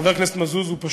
פשוט חבר הכנסת מזוז הוא,